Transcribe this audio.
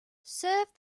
serve